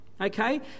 Okay